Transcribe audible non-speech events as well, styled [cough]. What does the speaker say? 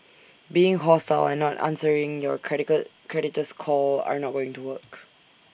being hostile and not answering your [unintelligible] creditor's call are not going to work